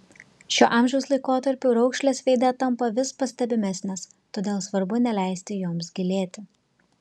šiuo amžiaus laikotarpiu raukšlės veide tampa vis pastebimesnės todėl svarbu neleisti joms gilėti